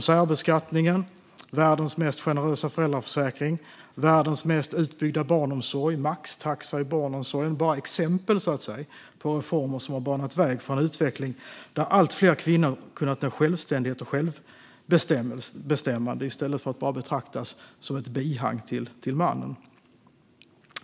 Särbeskattningen, världens mest generösa föräldraförsäkring, världens mest utbyggda barnomsorg och maxtaxa i barnomsorgen är exempel på reformer som har banat väg för en utveckling där allt fler kvinnor har uppnått självständighet och självbestämmande i stället för att bara betraktas som ett bihang till mannen.